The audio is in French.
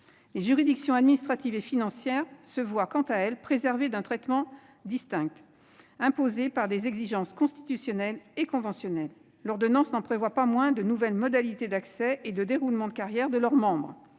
Les juridictions administratives et financières se voient quant à elles réserver un traitement distinct, imposé par des exigences constitutionnelles et conventionnelles. L'ordonnance n'en prévoit pas moins de nouvelles modalités d'accès et de déroulement de carrière pour leurs membres.